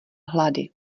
hlady